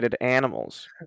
animals